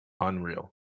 unreal